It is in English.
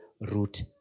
root